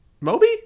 Moby